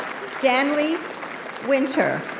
stanley winter.